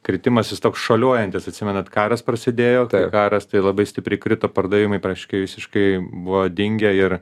kritimas jis toks šuoliuojantis atsimenat karas prasidėjo karas tai labai stipriai krito pardavimai praktiškai visiškai buvo dingę ir